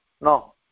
no